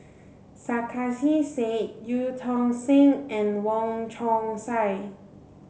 Sarkasi Said Eu Tong Sen and Wong Chong Sai